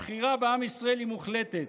הבחירה בעם ישראל היא מוחלטת.